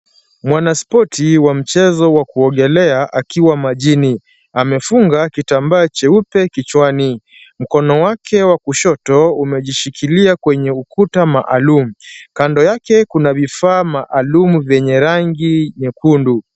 Mwanaspoti wa mchezo wa kuogelea akiwa majini. Amefunga kitambaa cheupe kichwani. Mkono wake wa kushoto umejishikilia kwenye ukuta maalum. Kando yake kuna vifaa maalum vyenye rangi nyekundu.